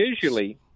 visually